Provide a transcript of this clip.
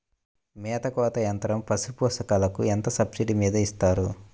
మేత కోత యంత్రం పశుపోషకాలకు ఎంత సబ్సిడీ మీద ఇస్తారు?